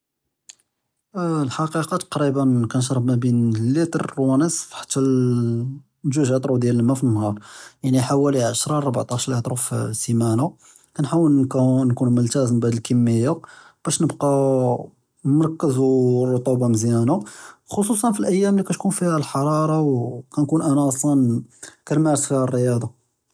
אלחקיקה כנשרב בין ליטר ונסף חתא זוג ליטר דיאל אלמא פי אנהאר יעני חוואלי עשרא או ארבעה עשר פי אסימאנה כנחاول נכון מולתזם בהאדי אלכמיה באש נבקא מרכז ואלרטובה מזיאן חצוסן פי אליאם לי תכון פיהא חרארה כנכון אנה אסלאן כנמארס ריאצ'ה.